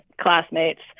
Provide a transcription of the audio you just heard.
classmates